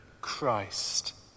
Christ